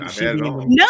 No